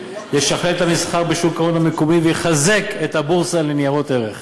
ישכלל את המסחר בשוק ההון המקומי ויחזק את הבורסה לניירות ערך.